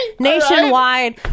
nationwide